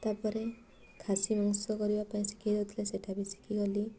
ତା'ପରେ ଖାସି ମାଂସ କରିବା ପାଇଁ ଶିଖାଇ ଦେଉଥିଲେ ସେଇଟା ବି ଶିଖିଗଲି